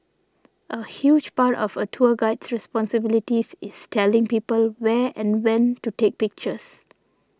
a huge part of a tour guide's responsibilities is telling people where and when to take pictures